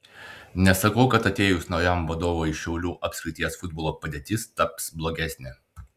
nesakau kad atėjus naujam vadovui šiaulių apskrities futbolo padėtis taps blogesnė